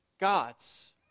God's